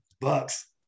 bucks